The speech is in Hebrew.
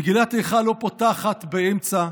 מגילת איכה לא פותחת באמצע,